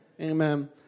Amen